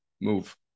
Move